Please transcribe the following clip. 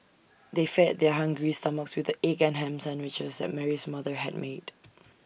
they fed their hungry stomachs with the egg and Ham Sandwiches that Mary's mother had made